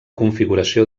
configuració